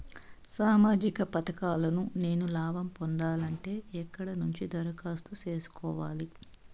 సామాజిక పథకాలను నేను లాభం పొందాలంటే ఎక్కడ నుంచి దరఖాస్తు సేసుకోవాలి?